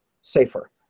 safer